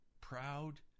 proud